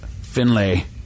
Finlay